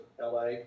LA